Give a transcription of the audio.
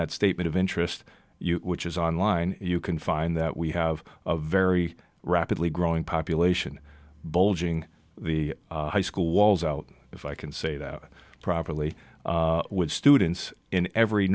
that statement of interest which is online you can find that we have a very rapidly growing population bulging the high school walls out if i can say that properly with students in every